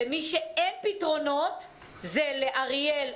למי שאין פתרונות זה ל: אריאל,